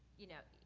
you know,